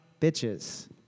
Bitches